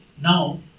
now